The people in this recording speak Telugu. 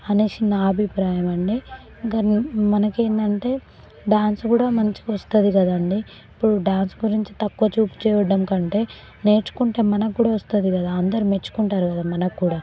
అనేసి నా అబిప్రాయమండీ ఇంకా న్ మనకి ఏంటంటే డాన్స్ కూడా మంచిగా వస్తుంది కదా అండి ఇప్పుడు డాన్స్ గురించి తక్కువ చూపు చేయడం కంటే నేర్చుకుంటే మనకి కూడా వస్తుంది కదా అందరూ మెచ్చుకుంటారు కదా మనకి కూడా